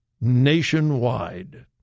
Nationwide